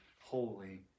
Holy